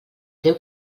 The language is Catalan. teu